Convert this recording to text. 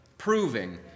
proving